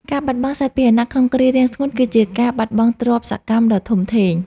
ការបាត់បង់សត្វពាហនៈក្នុងគ្រារាំងស្ងួត គឺជាការបាត់បង់ទ្រព្យសកម្មដ៏ធំធេង។